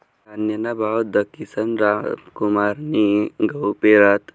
धान्यना भाव दखीसन रामकुमारनी गहू पेरात